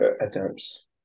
attempts